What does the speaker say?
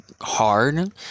hard